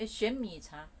it's 玄米茶